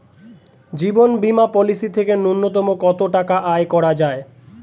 জীবন বীমা পলিসি থেকে ন্যূনতম কত টাকা আয় করা যায়?